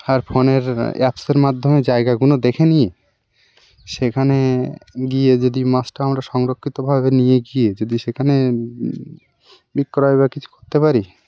আর ফোনের অ্যাপসের মাধ্যমে জায়গাগুনো দেখে নিয়ে সেখানে গিয়ে যদি মাছটা আমরা সংরক্ষিতভাবে নিয়ে গিয়ে যদি সেখানে বিক্রয় বা কিছু করতে পারি